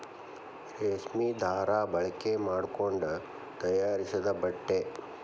ರೇಶ್ಮಿ ದಾರಾ ಬಳಕೆ ಮಾಡಕೊಂಡ ತಯಾರಿಸಿದ ಬಟ್ಟೆ